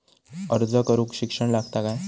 अर्ज करूक शिक्षण लागता काय?